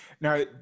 now